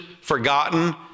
forgotten